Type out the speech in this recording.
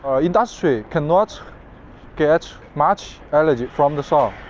ah industry can not get much energy from the sun.